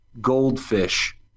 goldfish